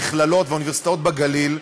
מכללות ואוניברסיטאות בגליל,